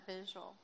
visual